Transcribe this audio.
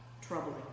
troubling